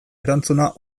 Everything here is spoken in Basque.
erantzuna